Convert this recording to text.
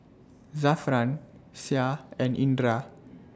Zafran Syah and Indra